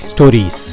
Stories